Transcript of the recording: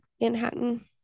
Manhattan